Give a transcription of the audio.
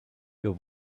your